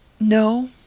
No